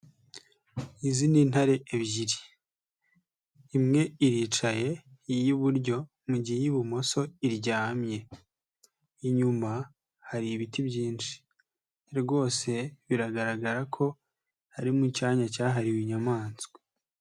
Izi ni intare ebyiri. Imwe iricaye iy'iburyo mu gihe y'ibumoso iryamye. Inyuma hari ibiti byinshi rwose biragaragara ko ari mu cyanya cyahariwe inyamanswa.